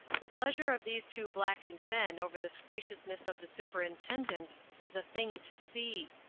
the pleasure of these two blackened men over this graciousness of the superintendent was a thing to see.